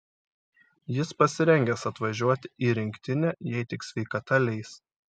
jis pasirengęs atvažiuoti į rinktinę jei tik sveikata leis